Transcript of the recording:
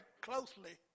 closely